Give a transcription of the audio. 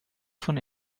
von